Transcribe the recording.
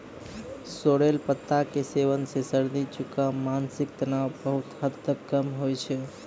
sorrel पत्ता के सेवन सॅ सर्दी, जुकाम, मानसिक तनाव बहुत हद तक कम होय छै